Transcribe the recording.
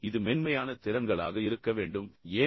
இது மென்மையான திறன்களாக இருக்க வேண்டும் ஏன்